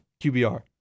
QBR